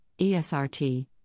ESRT